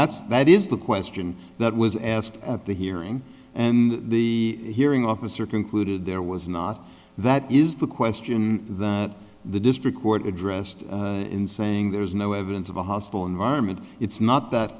that's that is the question that was asked at the hearing and the hearing officer concluded there was not that is the question that the district court addressed in saying there is no evidence of a hostile environment it's not that